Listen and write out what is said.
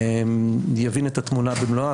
יבין את התמונה במלואה,